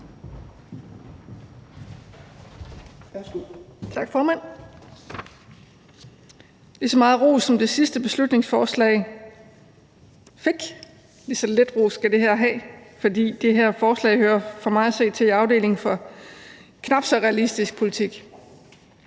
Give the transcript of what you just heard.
Tak, formand. Lige så meget ros, som det sidste beslutningsforslag fik, lige så lidt ros skal det her have, fordi det her forslag for mig at se hører til i afdelingen for knap så realistisk politik.